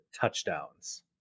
touchdowns